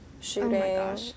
shooting